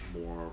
more